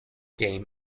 game